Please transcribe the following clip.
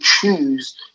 choose